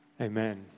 Amen